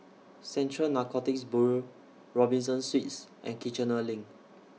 Central Narcotics Bureau Robinson Suites and Kiichener LINK